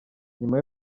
nyuma